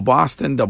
Boston